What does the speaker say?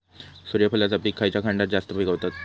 सूर्यफूलाचा पीक खयच्या खंडात जास्त पिकवतत?